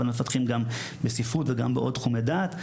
אבל מפתחים גם בספרות וגם בעוד תחומי דעת,